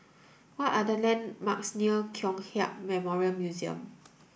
what are the landmarks near Kong Hiap Memorial Museum